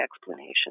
explanation